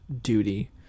duty